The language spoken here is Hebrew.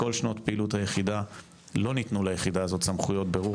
בכל שנות פעילות היחידה לא ניתנו ליחידה הזאת סמכויות בירור